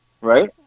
Right